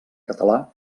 català